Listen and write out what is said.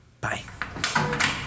Bye